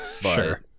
Sure